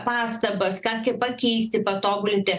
pastabas ką pakeisti patobulinti